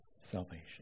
Salvation